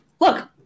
look